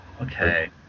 Okay